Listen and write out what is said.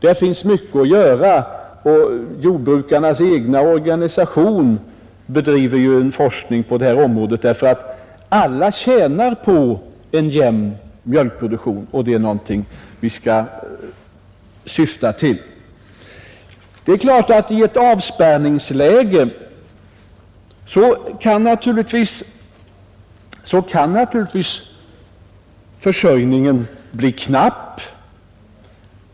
Där finns mycket att göra, och jordbrukarnas egen organisation bedriver ju en forskning på detta område. Alla tjänar på en jämn mjölkproduktion, och det är någonting vi skall sträva efter. I ett avspärrningsläge kan naturligtvis försörjningen bli knapp.